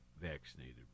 vaccinated